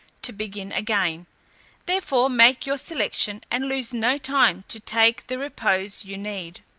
to begin again therefore make your selection, and lose no time to take the repose you need.